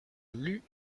lus